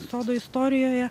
sodo istorijoje